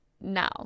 Now